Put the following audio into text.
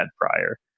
prior